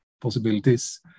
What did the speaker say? possibilities